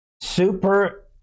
Super